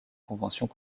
conventions